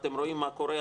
אתם רואים מה קורה,